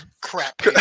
crap